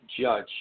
judge